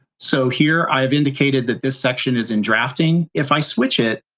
so here i've indicated that this section is in drafting. if i switch it,